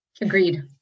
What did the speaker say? agreed